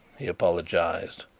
he apologized,